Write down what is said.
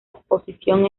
exposición